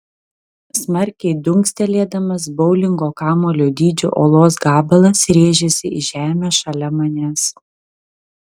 smarkiai dunkstelėdamas boulingo kamuolio dydžio uolos gabalas rėžėsi į žemę šalia manęs